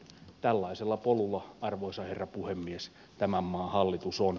tällaisella polulla arvoisa herra puhemies tämän maan hallitus on